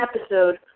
episode